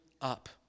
up